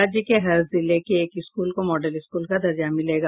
राज्य के हर जिले के एक स्कूल को मॉडल स्कूल का दर्जा मिलेगा